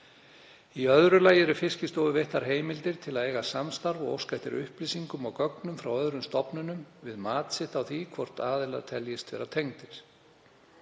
Í öðru lagi eru Fiskistofu veittar heimildir til að eiga samstarf og óska eftir upplýsingum og gögnum frá öðrum stofnunum við mat sitt á því hvort aðilar teljist tengdir.